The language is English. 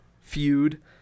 feud